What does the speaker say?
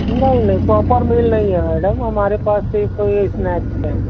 نہیں نہیں proper meal نہیں ہے میڈم ہمارے پاس صرف یہ اسنیکس ہیں